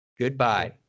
goodbye